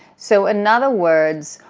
so in other words,